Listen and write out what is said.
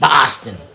Boston